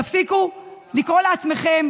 תפסיקו לקרוא לעצמכם